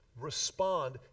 Respond